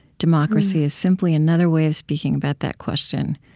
democracy is simply another way of speaking about that question,